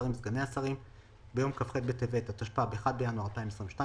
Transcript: השרים וסגני השרים ביום כ"ח בטבת התשפ"ב (1 בינואר 2022),